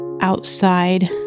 outside